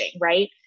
right